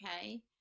okay